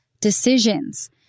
decisions